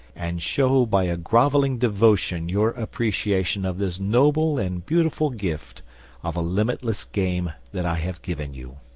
and show by a grovelling devotion your appreciation of this noble and beautiful gift of a limitless game that i have given you.